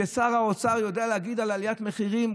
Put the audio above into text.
כששר האוצר יודע להגיד על עליית מחירים,